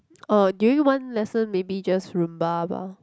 orh during one lesson maybe just rumba bah